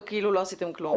וכאילו לא עשיתם דבר.